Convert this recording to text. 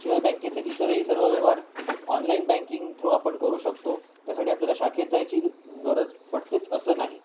शिवाय बँकेचे इतरही सर्व व्यवहार ऑनलाईन बँकिंग थ्रू आपण करू शकतो त्यासाठी आपल्याला शाखेत जायची गरज पडतेच असं नाही